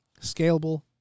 scalable